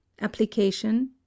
Application